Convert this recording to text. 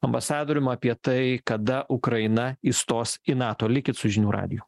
ambasadorium apie tai kada ukraina įstos į nato likit su žinių radiju